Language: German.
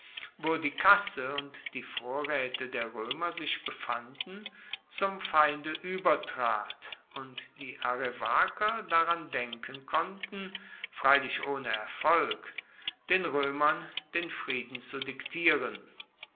wo die kasse und die vorräte der römer sich befanden zum feinde übertrat und die arevaker daran denken konnten freilich ohne erfolg den römern den frieden zu diktieren